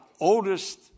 oldest